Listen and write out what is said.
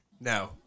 No